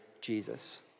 Jesus